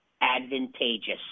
advantageous